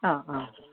ആ ആ